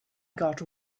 got